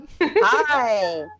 Hi